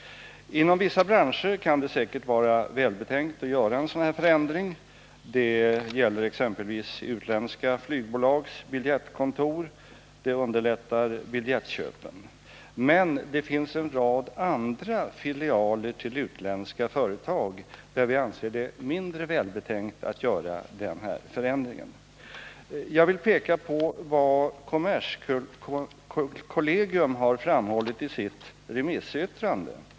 Inom vissa branscher kan det säkert vara välbetänkt att göra en sådan här förändring. Det gäller exempelvis utländska flygbolags biljettkontor; det underlättar biljettköpen. Men det finns en rad andra filialer till utländska företag för vilka vi anser det vara mindre välbetänkt att göra den här förändringen. Jag vill peka på vad kommerskollegium har skrivit i sitt remissyttrande.